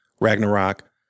Ragnarok